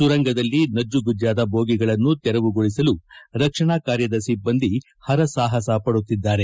ಸುರಂಗದಲ್ಲಿ ನಮ್ಮಗಜ್ಜಾದ ಬೋಗಿಗಳನ್ನು ತೆರವುಗೊಳಿಸಲು ರಕ್ಷಣಾ ಕಾರ್ಯದ ಸಿಬ್ಬಂದಿ ಹರಸಾಹಸ ಪಡುತ್ತಿದ್ದಾರೆ